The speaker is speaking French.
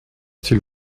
s’il